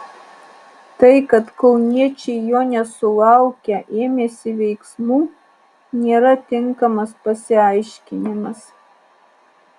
tai kad kauniečiai jo nesulaukę ėmėsi veiksmų nėra tinkamas pasiaiškinimas